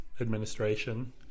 administration